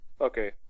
Okay